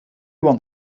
want